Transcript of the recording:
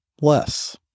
less